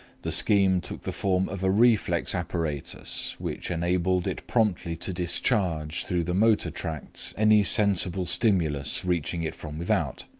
the scheme took the form of a reflex apparatus, which enabled it promptly to discharge through the motor tracts any sensible stimulus reaching it from without.